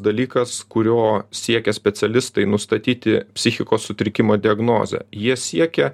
dalykas kurio siekia specialistai nustatyti psichikos sutrikimo diagnozę jie siekia